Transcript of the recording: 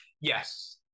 yes